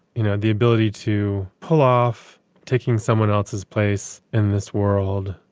you know, the ability to pull off taking someone else's place in this world.